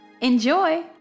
Enjoy